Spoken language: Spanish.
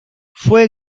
fue